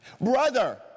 brother